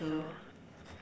so